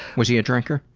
was he a drinker?